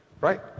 right